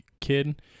kid